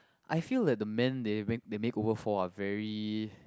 I feel that the men they make they makeover for are very